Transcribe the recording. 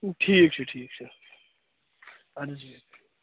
ٹھیٖک چھُ ٹھیٖک چھُ ادٕ حظ بِہِو